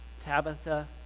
Tabitha